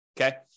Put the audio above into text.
Okay